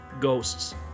ghosts